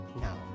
now